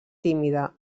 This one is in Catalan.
tímida